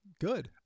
Good